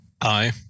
Aye